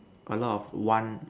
a lot of one